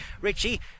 Richie